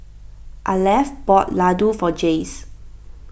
Arleth bought Laddu for Jayce